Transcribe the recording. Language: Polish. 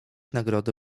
nagrody